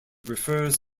refers